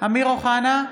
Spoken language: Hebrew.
אמיר אוחנה,